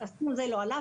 והסכום הזה לא עלה.